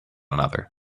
another